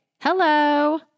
Hello